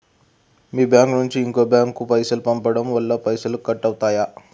మీ bank నుంచి ఇంకో bank కు పైసలు పంపడం వల్ల పైసలు కట్ అవుతయా?